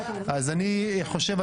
אז אני חושב,